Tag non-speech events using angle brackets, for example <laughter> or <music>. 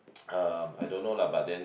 <noise> uh I don't know lah but then